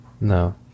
No